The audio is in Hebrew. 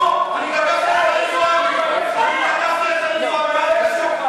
אני מדבר פה על חנין זועבי?